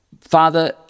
Father